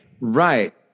Right